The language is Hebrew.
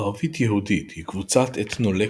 ערבית יהודית היא קבוצת אתנולקטים,